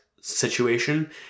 situation